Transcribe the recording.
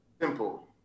Simple